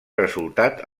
resultat